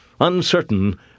uncertain